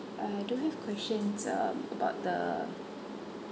I don't have questions um about the